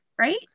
Right